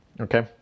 Okay